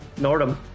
Nordum